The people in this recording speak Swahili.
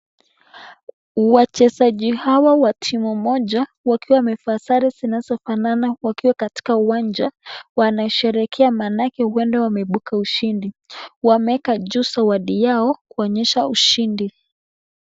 Wachezaji hawa wa timu moja wakiwa wamevaa sare zinazofanana wakiwa katika uwanja wanasherehekea maanake huenda wameibuka ushindi , wameeka juu zawadi yao kuonyesha ushindi.